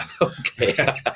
Okay